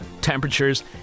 temperatures